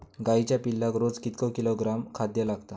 गाईच्या पिल्लाक रोज कितके किलोग्रॅम खाद्य लागता?